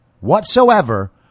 whatsoever